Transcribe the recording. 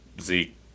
Zeke